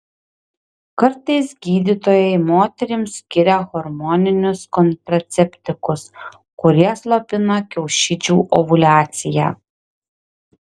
kartais gydytojai moterims skiria hormoninius kontraceptikus kurie slopina kiaušidžių ovuliaciją